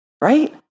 Right